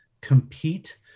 compete